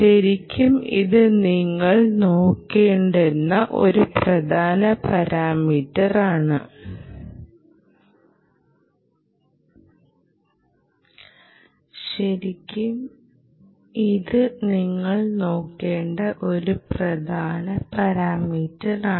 ശരിക്കും ഇത് നിങ്ങൾ നോക്കേണ്ട ഒരു പ്രധാന പാരാമീറ്ററാണ്